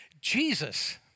Jesus